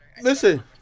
Listen